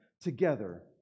together